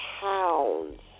pounds